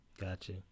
Gotcha